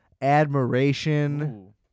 Admiration